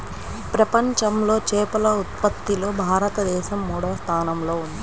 ప్రపంచంలో చేపల ఉత్పత్తిలో భారతదేశం మూడవ స్థానంలో ఉంది